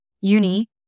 uni